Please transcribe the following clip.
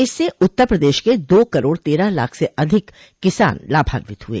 इससे उत्तर प्रदेश के दो करोड़ तेरह लाख से अधिक किसान लाभान्वित हुए